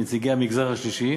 ונציגי המגזר השלישי